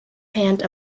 hand